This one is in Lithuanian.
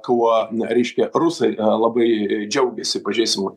kuo reiškia rusai labai džiaugiasi pažiūrėsim